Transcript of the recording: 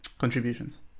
contributions